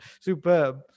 superb